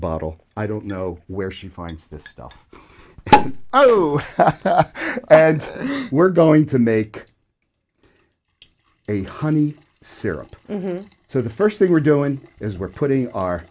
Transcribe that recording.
bottle i don't know where she finds this stuff oh and we're going to make a honey syrup so the first thing we're doing is we're putting our